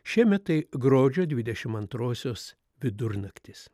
šiemet tai gruodžio dvidešimt antrosios vidurnaktis